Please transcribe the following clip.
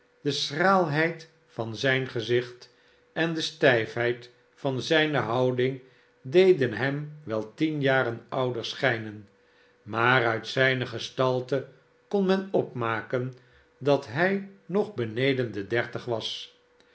de schraalheid van zijn gezicht en de stijfheid van zijne houding deden hem wel tien jaren ouder schijnen maar uit zijne gestalte kon men opmaken dat hij nog beneden de dertig was